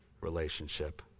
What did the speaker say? relationship